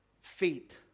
faith